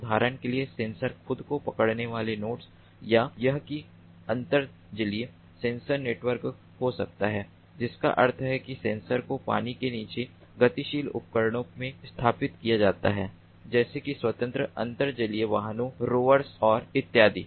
उदाहरण के लिए सेंसर खुद को उड़ने वाले नोड्स या यह क अंतर्जलीय सेंसर नेटवर्क हो सकता है जिसका अर्थ है कि सेंसर को पानी के नीचे गतिशील उपकरणों में स्थापित किया जाता है जैसे कि स्वत्रन्त्र अंतर्जलीय वाहनों रोवर्स और इत्यादि